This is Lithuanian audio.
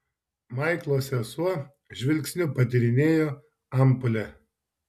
maiklo sesuo žvilgsniu patyrinėjo ampulę